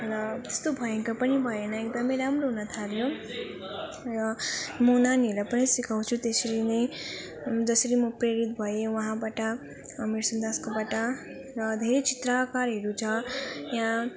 र त्यस्तो भयङ्कर पनि भएन एकदम राम्रो हुन थाल्यो र म नानीहरूलाई पनि सिकाउँछु त्यसरी नै जसरी म प्रेरित भएँ उहाँबाट अमिर सुन्दासकोबाट र धेरै चित्रकारहरू छ यहाँ